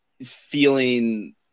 feeling